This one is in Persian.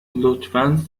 لطفا